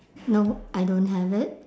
no I don't have it